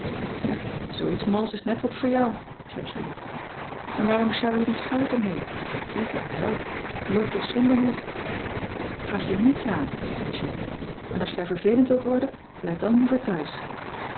ja zoo iets mals is net wat voor jou zei julie en waarom sjouw je die schuiten mee lieve help loop toch zonder hoed gaat je niets aan zei jullie en als je daar vervelend wilt worden blijf dan liever thuis